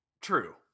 true